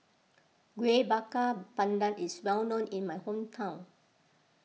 Kuih Bakar Pandan is well known in my hometown